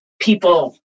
people